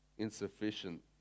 insufficient